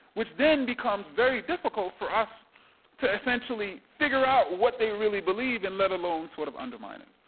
which then becomes very difficult for us to essentially figure out what they really believe and let alone sort of undermine it.